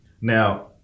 now